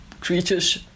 creatures